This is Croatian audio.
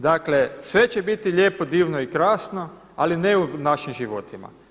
Dakle sve će biti lijepo, divno i krasno, ali ne u našim životima.